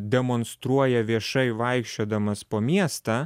demonstruoja viešai vaikščiodamas po miestą